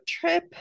Trip